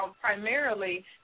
primarily